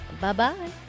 Bye-bye